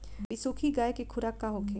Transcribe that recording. बिसुखी गाय के खुराक का होखे?